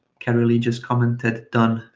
kerrilee just commented done.